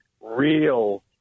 real